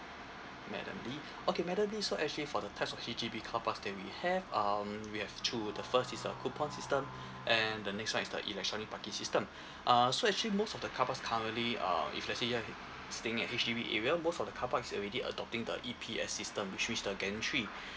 madam lee okay madam lee so actually for the touch of H_D_B carparks that we have um we have to the first is the coupon system and the next one is the electronic parking system uh so actually most of the carparks currently uh if let's say you're staying at H_D_B area most of the carparks already adopting the E_P_S system which which the gantry